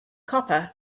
copper